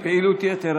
איך?